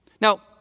Now